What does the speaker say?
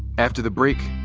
after the break,